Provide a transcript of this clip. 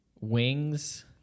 wings